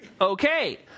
okay